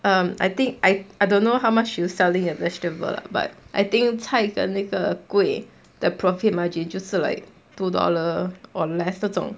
um I think I I don't know how much you selling your vegetable lah but I think 菜跟那个 kueh 的 profit margin 就是 like two dollar or less 这种